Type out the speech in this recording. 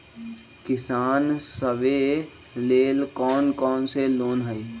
किसान सवे लेल कौन कौन से लोने हई?